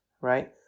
right